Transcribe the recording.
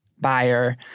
buyer